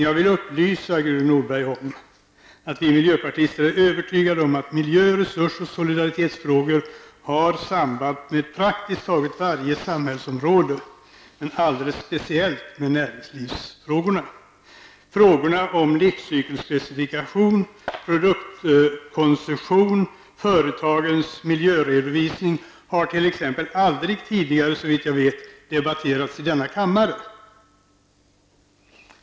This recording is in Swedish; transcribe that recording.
Jag vill upplysa Gudrun Norberg om att vi miljöpartister är övertygade om att miljö resurs och solidaritetsfrågor har samband med praktiskt taget varje samhällsområde, men alldeles speciellt med näringslivsfrågorna. Frågorna om livscykelspecifikation, produktkoncession och företagens miljöredovisning har t.ex., såvitt jag vet, aldrig tidigare debatterats i denna kammare.